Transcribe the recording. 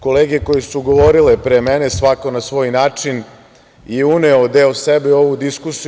Kolege koje su govorile pre mene, svako na svoj način je uneo deo sebe u ovu diskusiju.